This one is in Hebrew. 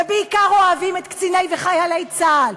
ובעיקר אוהבים את קציני וחיילי צה"ל,